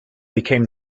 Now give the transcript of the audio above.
became